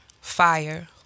fire